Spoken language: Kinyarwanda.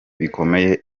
bikomeye